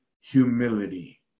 Humility